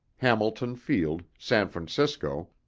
hamilton field, san francisco,